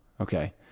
Okay